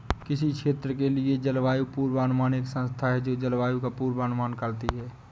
किसी क्षेत्र के लिए जलवायु पूर्वानुमान एक संस्था है जो जलवायु का पूर्वानुमान करती है